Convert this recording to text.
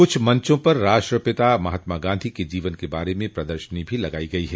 कुछ मंचों पर राष्ट्रपिता महात्मा गांधी के जीवन के बारे में प्रदर्शिनी भी लगाई गई है